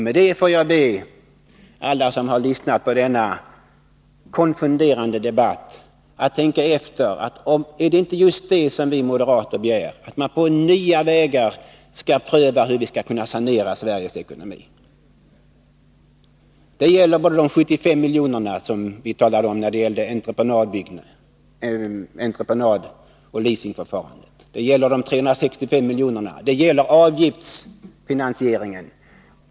Med det får jag be alla som har lyssnat på denna konfunderande debatt att tänka efter: Är det inte just det som vi moderater begär, att man skall pröva nya vägar att sanera Sveriges ekonomi? Detta gäller de 75 miljonerna som vi talade om beträffande entreprenadoch leasingförfarande, det gäller de 365 miljonerna och det gäller avgiftsfi nansieringen.